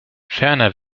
ferner